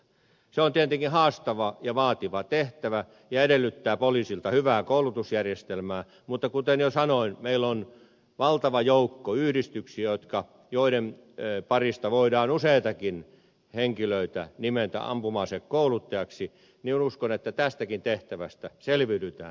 se on tietenkin haastava ja vaativa tehtävä ja edellyttää poliisilta hyvää koulutusjärjestelmää mutta kuten jo sanoin meillä on valtava joukko yhdistyksiä joiden parista voidaan useitakin henkilöitä nimetä ampuma asekouluttajaksi joten uskon että tästäkin tehtävästä selviydytään